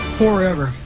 forever